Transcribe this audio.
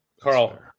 Carl